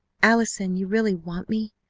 allison, you really want me,